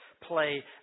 play